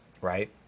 right